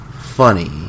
Funny